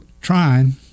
trying